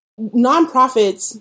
nonprofits